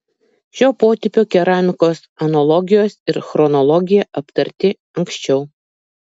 šio potipio keramikos analogijos ir chronologija aptarti anksčiau